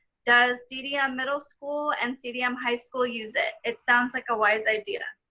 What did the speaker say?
does cdm middle school and cdm high school use it? it sounds like a wise idea.